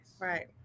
Right